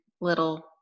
little